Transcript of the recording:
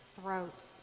throats